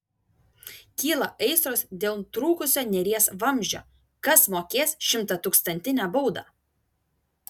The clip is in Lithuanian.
kyla aistros dėl trūkusio neries vamzdžio kas mokės šimtatūkstantinę baudą